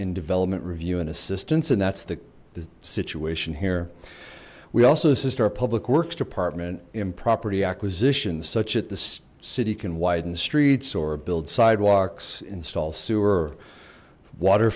in development review and assistance and that's the the situation here we also this is our public works department in property acquisition such at the city can widen streets or build sidewalks install sewer water